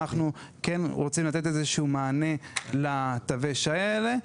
אנחנו כן רוצים לתת איזה שהוא מענה לתווי השי האלה.